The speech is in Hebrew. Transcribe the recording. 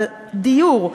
אבל דיור,